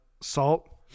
salt